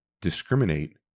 discriminate